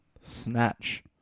Snatch